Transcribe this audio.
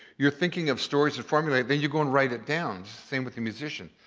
you are thinking of stories to formulate, then you go and write it down. same with the musician.